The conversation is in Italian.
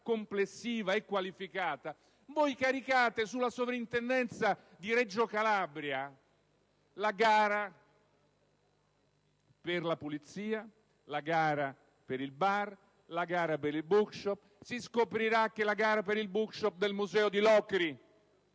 complessiva e qualificata, voi caricate sulla sovrintendenza di Reggio Calabria la gara per la pulizia, per il bar, per il *bookshop*. Si scoprirà che la gara per il *bookshop* del museo di Locri